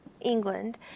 England